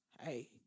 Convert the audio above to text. Hey